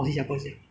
so